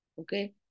okay